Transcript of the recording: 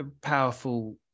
powerful